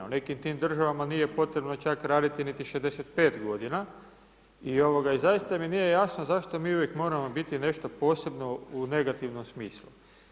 U nekim tim državama nije potrebno čak raditi niti 65 godina, i ovoga, zaista mi nije jasno zašto mi uvijek moramo biti nešto posebno u negativnom smislu.